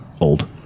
old